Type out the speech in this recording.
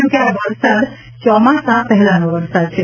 જો કે આ વરસાદ ચોમાસા પહેલાનો વરસાદ છે